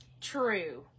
True